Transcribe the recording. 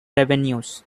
revenues